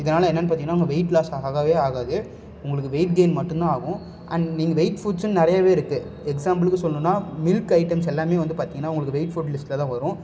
இதனால் என்னென்னு பார்த்திங்கன்னா உங்கள் வெயிட் லாஸ் ஆகவே ஆகாது உங்களுக்கு வெயிட் கெயின் மட்டும் தான் ஆகும் அண்ட் நீங்கள் வெயிட் ஃபுட்ஸுன்னு நிறையவே இருக்கு எக்ஸாம்புள்க்கு சொல்லணுன்னா மில்க் ஐட்டம்ஸ் எல்லாமே வந்து பார்த்திங்கன்னா உங்களுக்கு வெயிட் ஃபுட் லிஸ்ட்டில் தான் வரும்